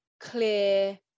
clear